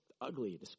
ugly